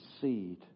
seed